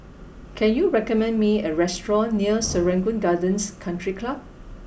can you recommend me a restaurant near Serangoon Gardens Country Club